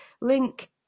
link